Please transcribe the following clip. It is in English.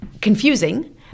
confusing